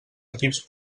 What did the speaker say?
equips